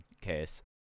case